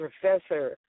professor